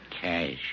Cash